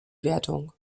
wertung